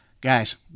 guys